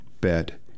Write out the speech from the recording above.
bet